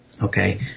Okay